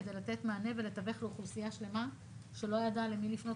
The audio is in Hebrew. כדי לתת מענה ולתווך לאוכלוסייה שלמה שלא ידעה למי לפנות.